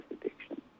addiction